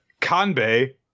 Kanbei